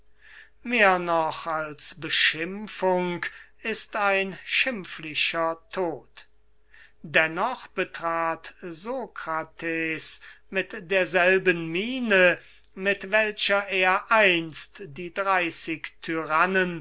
mehr noch als beschimpfung ist ein schimpflicher tod dennoch betrat sokrates mit derselben miene mit welcher er einst die dreißig